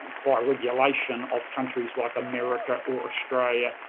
by regulation of countries like america or australia,